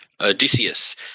Odysseus